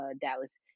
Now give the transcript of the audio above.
Dallas